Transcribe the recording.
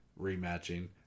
rematching